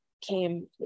came